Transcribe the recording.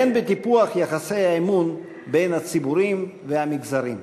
והן בטיפוח יחסי האמון בין הציבורים והמגזרים.